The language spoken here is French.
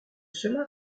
cela